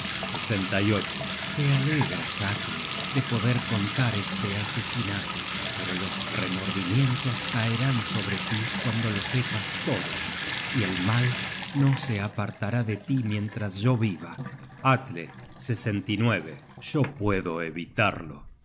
este suceso gudruna te alegras atle de poder contar este asesinato pero los remordimientos caerán sobre tí cuando lo sepas todo y el mal no se apartará de tí mientras yo viva content from google book search generated at atle yo puedo evitarlo